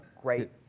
great